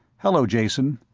hello, jason.